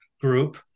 group